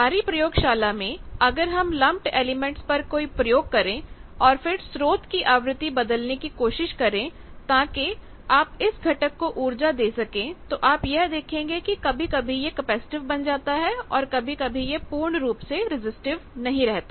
हमारी प्रयोगशाला में अगर हम लम्पड एलिमेंट्स पर कोई प्रयोग करें और फिर स्रोत की आवृत्ति बदलने की कोशिश करें ताकि आप इस घटक को ऊर्जा दे सके तो आप यह देखेंगे कि कभी कभी यह कैपेसिटिव बन जाता है और कभी कभी यह पूर्ण रूप से रेसिस्टिव नहीं रहता